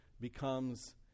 becomes